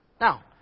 Now